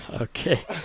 Okay